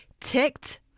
ticked